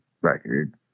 record